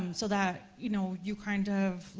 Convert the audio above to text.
um so that you know you kind of, like,